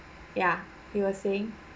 ya you were saying